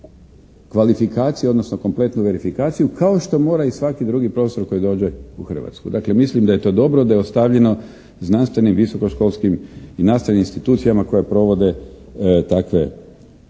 kvalifikaciju, odnosno kompletnu verifikaciju kao što mora i svaki drugi profesor koji dođe u Hrvatsku. Dakle mislim da je to dobro da je ostavljeno znanstvenim, visokoškolskim i nastavnim institucijama koje provode takve